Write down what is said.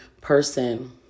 person